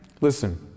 listen